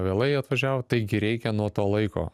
vėlai atvažiavot taigi reikia nuo to laiko